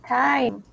time